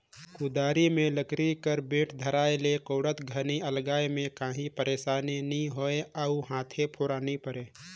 कुदारी मे लकरी कर बेठ धराए ले कोड़त घनी अलगाए मे काही पइरसानी नी होए अउ हाथे फोरा नी परे